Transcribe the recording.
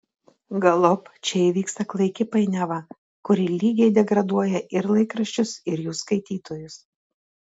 galop čia įvyksta klaiki painiava kuri lygiai degraduoja ir laikraščius ir jų skaitytojus